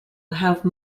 have